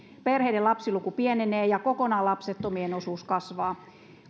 perheiden lapsiluku pienenee ja kokonaan lapsettomien osuus kasvaa